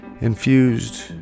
infused